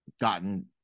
gotten